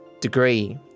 degree